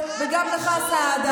ואני עברתי,